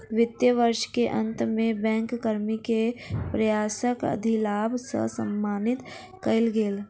वित्तीय वर्ष के अंत में बैंक कर्मी के प्रयासक अधिलाभ सॅ सम्मानित कएल गेल